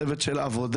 צוות של עבודה.